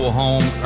home